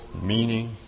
meaning